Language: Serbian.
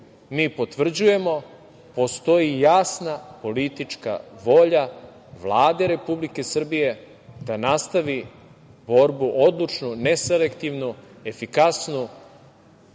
mi potvrđujemo, postoji jasna politička volja Vlade Republike Srbije da nastavi borbu odlučnu, ne selektivnu, efikasnu,